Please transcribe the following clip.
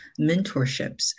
mentorships